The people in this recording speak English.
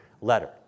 letter